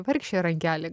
vargšė rankelė